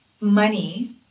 money